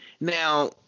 Now